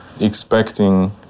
expecting